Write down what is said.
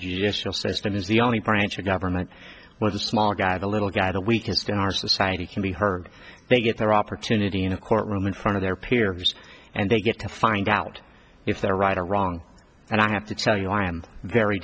system is the only branch of government where the small guy the little guy the weakest in our society can be heard they get their opportunity in a courtroom in front of their peers and they get to find out if they're right or wrong and i have to tell you i am very